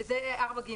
זה 4(ג)